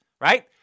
right